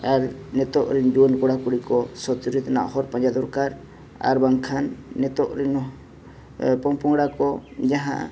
ᱟᱨ ᱱᱤᱛᱚᱜ ᱨᱮᱱ ᱡᱤᱣᱟᱹᱱ ᱠᱚᱲᱟ ᱠᱩᱲᱤ ᱠᱚ ᱥᱚᱛ ᱪᱩᱨᱤᱛ ᱨᱮᱱᱟᱜ ᱦᱚᱨ ᱯᱟᱸᱡᱟ ᱫᱚᱨᱠᱟᱨ ᱟᱨ ᱵᱟᱝᱠᱷᱟᱱ ᱱᱤᱛᱚᱜ ᱨᱤᱱ ᱯᱚᱝᱼᱯᱚᱜᱲᱟ ᱠᱚ ᱡᱟᱦᱟᱸ